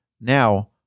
now